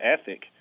ethic